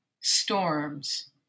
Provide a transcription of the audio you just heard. Storms